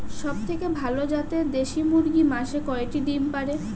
সবথেকে ভালো জাতের দেশি মুরগি মাসে কয়টি ডিম পাড়ে?